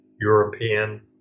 European